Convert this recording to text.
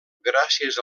gràcies